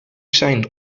zijn